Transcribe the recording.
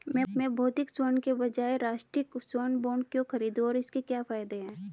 मैं भौतिक स्वर्ण के बजाय राष्ट्रिक स्वर्ण बॉन्ड क्यों खरीदूं और इसके क्या फायदे हैं?